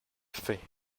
faîte